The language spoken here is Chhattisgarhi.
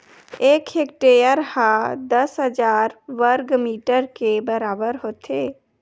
एक हेक्टेअर हा दस हजार वर्ग मीटर के बराबर होथे